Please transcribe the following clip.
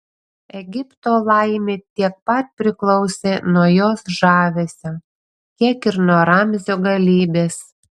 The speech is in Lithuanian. egipto laimė tiek pat priklausė nuo jos žavesio kiek ir nuo ramzio galybės